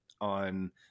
on